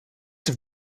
have